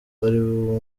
ariwe